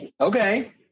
Okay